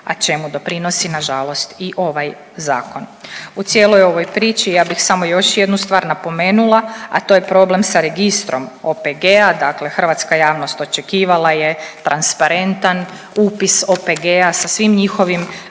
a čemu doprinosi, nažalost i ovaj Zakon. U cijeloj ovoj priči ja bih samo još jednu stvar napomenula, a to je problem sa registrom OPG-a, dakle hrvatska javnost očekivala je transparentan upis OPG-a sa svim njihovim